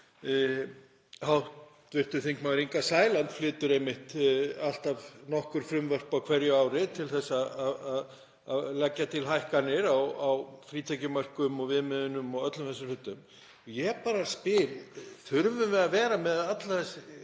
Hv. þm. Inga Sæland flytur einmitt alltaf nokkur frumvörp á hverju ári til að leggja til hækkanir á frítekjumörkum og viðmiðum og öllum þessum hlutum. Ég bara spyr: Þurfum við að vera með öll þessi